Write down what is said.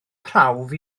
prawf